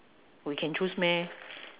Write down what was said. we can choose meh